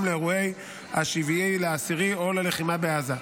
לאירועי 7 באוקטובר או ללחימה בעזה.